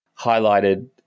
highlighted